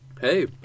Hey